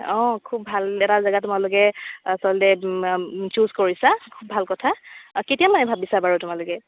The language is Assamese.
অঁ খুব ভাল এটা জেগা তোমালোকে আচলতে চুজ কৰিছা খুব ভাল কথা কেতিয়া মানে ভাবিছা বাৰু তোমালোকে